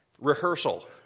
Rehearsal